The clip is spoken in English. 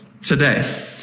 today